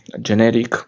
generic